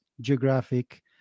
geographic